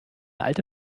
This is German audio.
alte